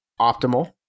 optimal